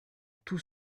tout